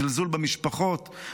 זלזול במשפחות,